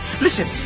listen